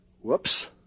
Whoops